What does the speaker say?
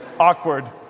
Awkward